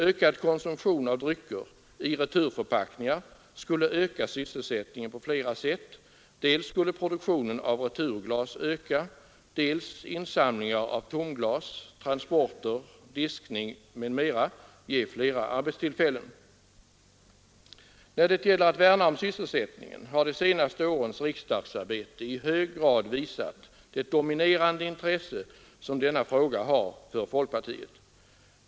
Ökad konsumtion av drycker i returförpackningar skulle öka sysselsättningen på flera sätt, dels skulle produktionen av returglas öka, dels skulle insamlingar av tomglas, transporter, diskning m.m. ge flera arbetstillfällen. När det gäller att värna om sysselsättningen har de senaste årens riksdagsarbete i hög grad visat det dominerande intresse som denna fråga har för folkpartiet.